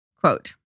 Quote